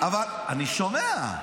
אני שומע.